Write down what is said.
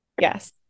Yes